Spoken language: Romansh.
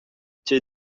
tgei